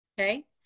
Okay